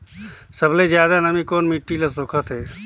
सबले ज्यादा नमी कोन मिट्टी ल सोखत हे?